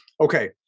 Okay